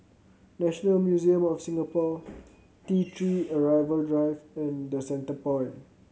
National Museum of Singapore T Three Arrival Drive and The Centrepoint